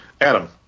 Adam